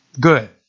good